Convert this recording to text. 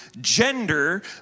gender